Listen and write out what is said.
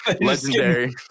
legendary